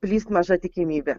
plist maža tikimybė